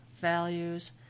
values